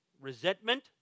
resentment